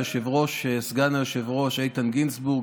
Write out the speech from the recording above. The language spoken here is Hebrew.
סגן היושב-ראש איתן גינזבורג,